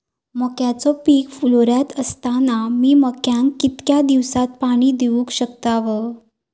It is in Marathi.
मक्याचो पीक फुलोऱ्यात असताना मी मक्याक कितक्या दिवसात पाणी देऊक शकताव?